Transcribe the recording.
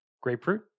Grapefruit